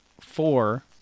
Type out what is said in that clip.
four